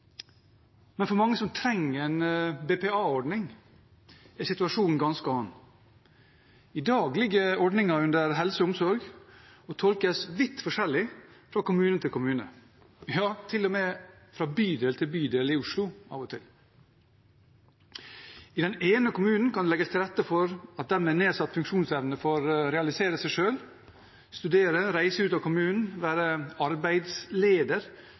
men for mange som trenger en BPA-ordning, er situasjonen en ganske annen. I dag ligger ordningen under helse og omsorg og tolkes vidt forskjellig fra kommune til kommune – ja, til og med fra bydel til bydel i Oslo av og til. I den ene kommunen kan det legges til rette for at den med nedsatt funksjonsevne får realisere seg selv, studere, reise ut av kommunen, være arbeidsleder